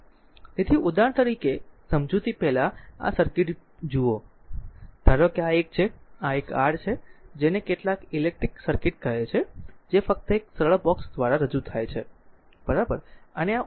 તેથી ઉદાહરણ તરીકે સમજૂતી પહેલાં આ સર્કિટ જુઓ ધારો કે આ એક છે આ એક r છે જેને કેટલાક ઇલેક્ટ્રિક સર્કિટ કહે છે જે ફક્ત એક સરળ બોક્સ દ્વારા રજૂ થાય છે બરાબર